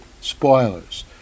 spoilers